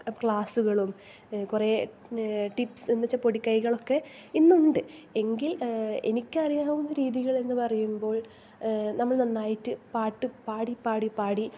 ക്ലാസ്സുകളും കുറേ ടിപ്പ് എന്ന് വച്ചാൽ പൊടിക്കൈകളൊക്കെ ഇന്നുണ്ട് എങ്കിൽ എനിക്ക് അറിയാവുന്ന രീതികൾ എന്ന് പറയുമ്പോൾ നമ്മൾ നന്നായിട്ട് പാട്ട് പാടി പാടി പാടി